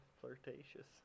flirtatious